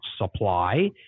supply